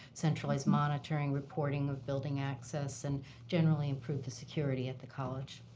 centralized monitoring reporting of building access, and generally improve the security at the college.